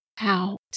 out